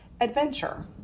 adventure